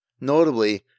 notably